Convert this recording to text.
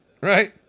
Right